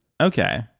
Okay